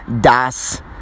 das